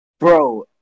Bro